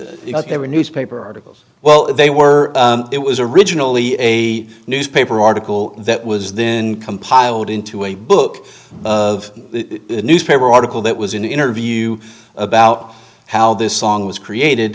were newspaper articles well they were it was originally a newspaper article that was then compiled into a book of a newspaper article that was in the interview about how this song was created